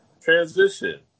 transition